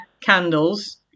Candles